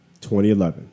2011